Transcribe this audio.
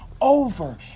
over